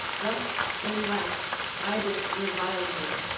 thus in wrath idas reviled him,